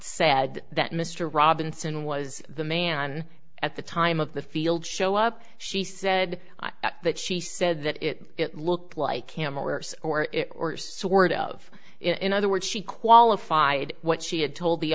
said that mr robinson was the man at the time of the field show up she said that she said that it looked like him or it or sort of in other words she qualified what she had told the